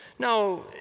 Now